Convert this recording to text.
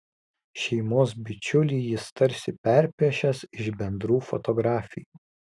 šeimos bičiulį jis tarsi perpiešęs iš bendrų fotografijų